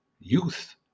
youth